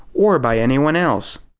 or by anyone else.